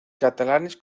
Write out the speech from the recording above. catalanes